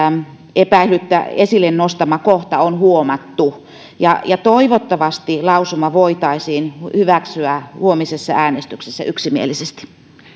esille nostama kohta on huomattu ja ja toivottavasti lausuma voitaisiin hyväksyä huomisessa äänestyksessä yksimielisesti